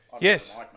Yes